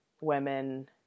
women